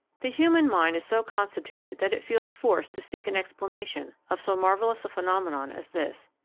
the human mind is so constituted that it feels forced to seek an explanation of so marvelous a phenomenon as this,